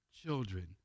children